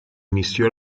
inició